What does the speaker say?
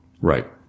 right